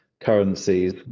currencies